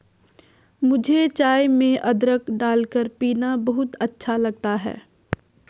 मुझे चाय में अदरक डालकर पीना बहुत अच्छा लगता है